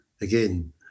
again